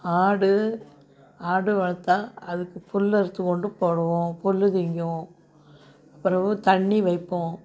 ஆடு ஆடு வளர்த்தா அதுக்கு புல் அறுத்து கொண்டு போடுவோம் புல் திங்கும் பெறகு தண்ணி வைப்போம்